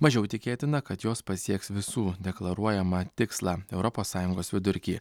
mažiau tikėtina kad jos pasieks visų deklaruojamą tikslą europos sąjungos vidurkį